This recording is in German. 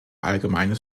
allgemeines